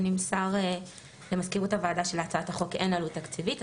ונמסר למזכירות הוועדה שאין עלות תקציבית להצעת החוק.